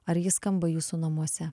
ar ji skamba jūsų namuose